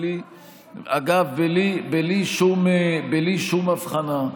בלי שום הבחנה,